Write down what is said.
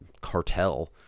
cartel